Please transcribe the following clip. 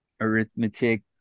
arithmetic